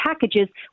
packages